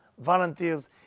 volunteers